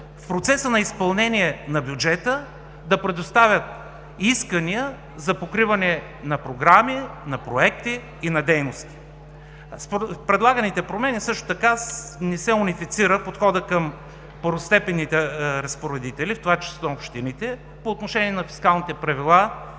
в процеса на изпълнение на бюджета да предоставят искания за покриване на програми, проекти и дейности. С предлаганите промени също така не се унифицира подходът към първостепенните разпоредители, в това число общините, по отношение фискалните правила